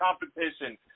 competition